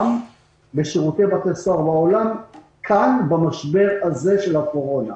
בשירותי בתי סוהר בעולם במשבר הקורונה הזה.